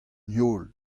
heol